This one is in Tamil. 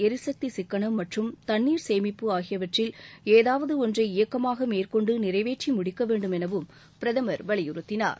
எரிசக்தி சிக்கனம் மற்றும் தண்ணீர் சேமிப்பு ஆகியவற்றில் ஏதாவது ஒன்றை இயக்கமாக மேற்கொண்டு நிறைவேற்றி முடிக்க வேண்டும் எனவும் பிரதமர் வலியுறுத்தினார்